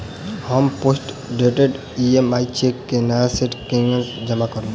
हम postdated EMI cheque केँ नया सेट केना जमा करू?